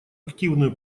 активную